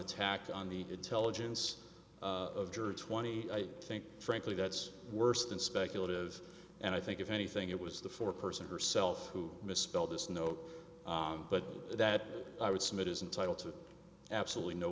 attack on the intelligence or twenty i think frankly that's worse than speculative and i think if anything it was the four person herself who misspelled this note but that i would submit is entitle to absolutely no